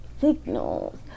signals